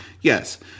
yes